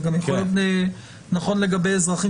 אבל זה יכול להיות נכון גם לגבי אזרחים